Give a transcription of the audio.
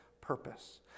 purpose